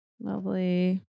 Lovely